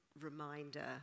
reminder